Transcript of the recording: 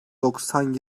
doksan